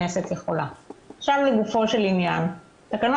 אני עושה פה כוכבית ומדגישה.